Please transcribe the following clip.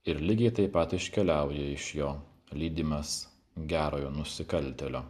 ir lygiai taip pat iškeliauja iš jo lydimas gerojo nusikaltėlio